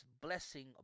blessing